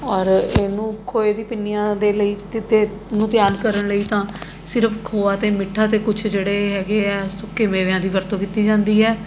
ਔਰ ਇਹਨੂੰ ਖੋਏ ਦੀ ਪਿੰਨੀਆਂ ਦੇ ਲਈ ਨੂੰ ਤਿਆਰ ਕਰਨ ਲਈ ਤਾਂ ਸਿਰਫ ਖੋਆ ਅਤੇ ਮਿੱਠਾ ਅਤੇ ਕੁਛ ਜਿਹੜੇ ਹੈਗੇ ਹੈ ਸੁੱਕੇ ਮੇਵਿਆਂ ਦੀ ਵਰਤੋਂ ਕੀਤੀ ਜਾਂਦੀ ਹੈ